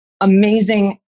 amazing